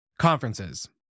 Conferences